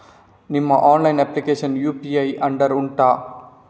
ನಿಮ್ಮ online application UPI ನ under ಉಂಟಾ